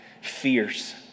fierce